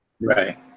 Right